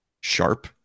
sharp